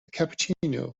cappuccino